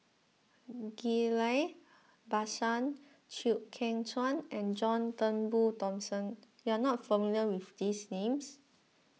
Ghillie Basan Chew Kheng Chuan and John Turnbull Thomson you are not familiar with these names